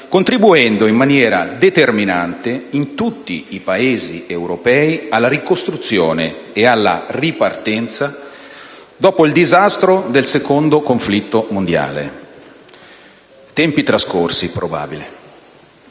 contribuendo in maniera determinante, in tutti i Paesi europei, alla ricostruzione e alla ripartenza dopo il disastro del secondo conflitto mondiale. Tempi trascorsi, probabilmente.